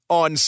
on